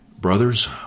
brothers